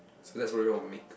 so that's where everyone will make